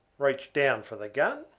reached down for the gun,